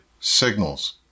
signals